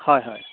হয় হয়